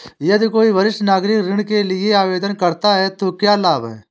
यदि कोई वरिष्ठ नागरिक ऋण के लिए आवेदन करता है तो क्या लाभ हैं?